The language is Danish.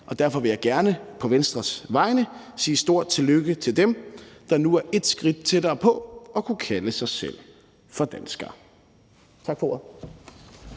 og derfor vil jeg gerne på Venstres vegne sige stort tillykke til dem, der nu er et skridt tættere på at kunne kalde sig selv for danskere. Tak for ordet.